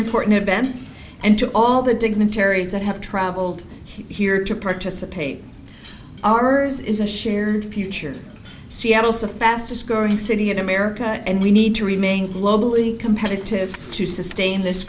important event and to all the dignitaries that have traveled here to participate armors is a shared future seattle's the fastest growing city in america and we need to remain globally competitive to sustain this